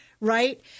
right